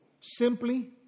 simply